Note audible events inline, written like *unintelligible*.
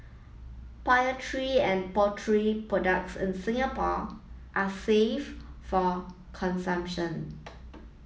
*unintelligible* and poultry products in Singapore are safe for consumption